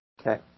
Okay